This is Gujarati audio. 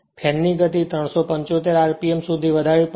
ફેન ની ગતિ 375 rpm સુધી વધારવી પડશે